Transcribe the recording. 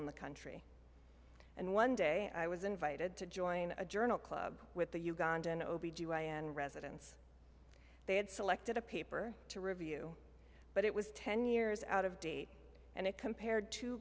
in the country and one day i was invited to join a journal club with the ugandan o b g y n residence they had selected a paper to review but it was ten years out of date and it compared to